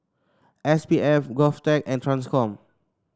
S P F Govtech and Transcom